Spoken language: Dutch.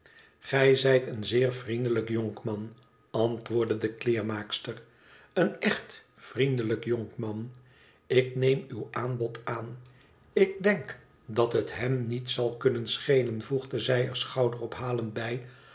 gij zijt een zeer vriendelijk jonkman antwoordde de kleermaakster een echt vriendelijk jonkman ik neem uw aanbod aan ik denk dat het hem niet zal kunnen schelen voegde zij er schouderophalend bij